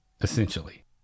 essentially